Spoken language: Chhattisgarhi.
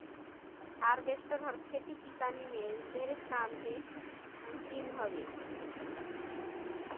हारवेस्टर हर खेती किसानी में ढेरे काम के मसीन हवे